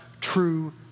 true